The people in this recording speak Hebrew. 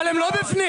הם לא בפנים.